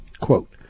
quote